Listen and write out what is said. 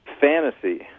fantasy